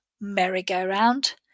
merry-go-round